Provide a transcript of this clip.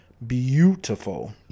beautiful